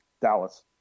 dallas